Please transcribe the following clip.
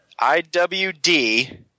IWD